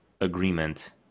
agreement